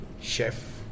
chef